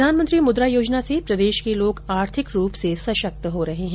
प्रधानमंत्री मुद्रा योजना से प्रदेश के लोग आर्थिक रूप से सशक्त हो रहे है